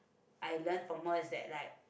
I learnt from her is that like